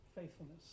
faithfulness